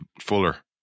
fuller